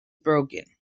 broken